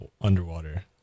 underwater